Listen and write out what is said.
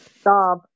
stop